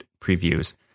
previews